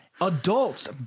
Adults